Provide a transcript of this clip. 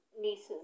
nieces